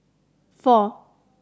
four